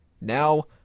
Now